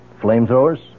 Flamethrowers